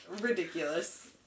ridiculous